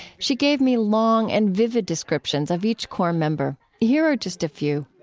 she gave me long and vivid descriptions of each core member. here are just a few